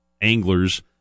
anglers